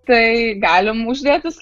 tai galim uždėti